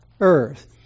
earth